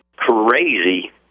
crazy